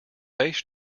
bass